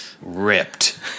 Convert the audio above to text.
ripped